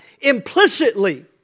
implicitly